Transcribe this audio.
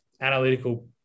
analytical